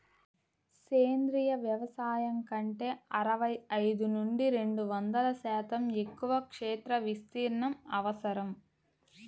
సేంద్రీయ వ్యవసాయం కంటే అరవై ఐదు నుండి రెండు వందల శాతం ఎక్కువ క్షేత్ర విస్తీర్ణం అవసరం